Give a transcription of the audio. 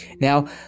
Now